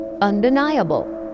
undeniable